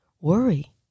worry